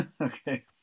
Okay